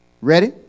Ready